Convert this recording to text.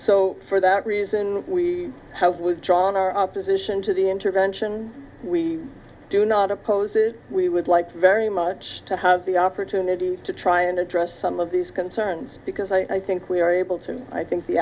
so for that reason we have withdrawn our opposition to the intervention we do not opposes we would like very much to have the opportunity to try and address some of these concerns because i think we are able to i think the